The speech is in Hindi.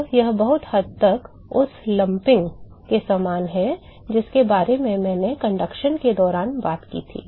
तो यह बहुत हद तक उस संग्रह के समान है जिसके बारे में मैंने चालन के दौरान बात की थी